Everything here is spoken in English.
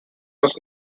was